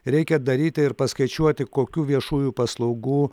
reikia daryti ir paskaičiuoti kokių viešųjų paslaugų